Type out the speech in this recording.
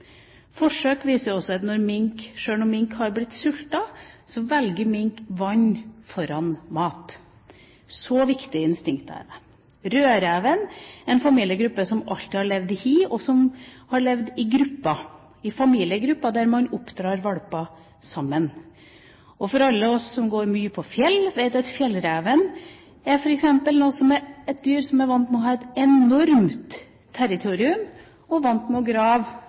Forsøk viser også at sjøl om mink har blitt sultet, velger mink vann foran mat – så viktig instinkt er det. Rødreven er en familiegruppe som alltid har levd i hi, og som har levd i grupper, i familiegrupper, der man oppdrar valper sammen. Alle vi som går mye på fjellet, vet at fjellreven er et dyr som er vant med å ha et enormt territorium, og som er vant til å grave